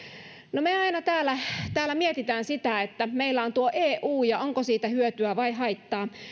me me aina täällä täällä mietimme sitä että kun meillä on tuo eu niin onko siitä hyötyä vai haittaa